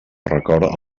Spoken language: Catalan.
record